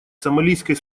сомалийской